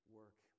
work